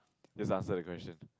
just answer the question